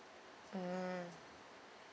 mm